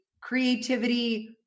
creativity